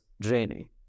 draining